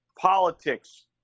politics